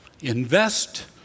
invest